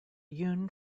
yun